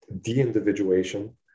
de-individuation